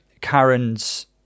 Karen's